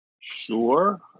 Sure